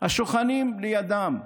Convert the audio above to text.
השוכנים לידם.